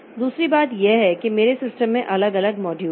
दूसरी बात यह है कि मेरे सिस्टम में अलग अलग मॉड्यूल हैं